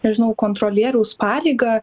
nežinau kontrolieriaus pareigą